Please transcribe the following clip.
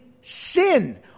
sin